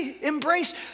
embrace